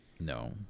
No